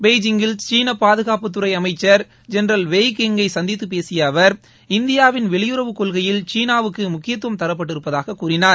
பெய்ஜிங்கில் சீன பாதுகாப்புத்துறை அமைச்ச் ஜெனரல் வெய் கெங் ஐ சந்தித்து பேசிய அவர் இந்தியாவின் வெளியுறவு கொள்கையில் சீனாவுக்கு முக்கியத்துவம் தரப்பட்டிருப்பதாகக் கூறினார்